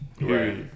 Right